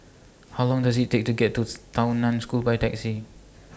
How Long Does IT Take to get to Tao NAN School By Taxi